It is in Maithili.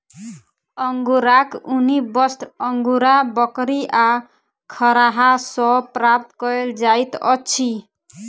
अंगोराक ऊनी वस्त्र अंगोरा बकरी आ खरहा सॅ प्राप्त कयल जाइत अछि